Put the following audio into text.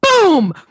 boom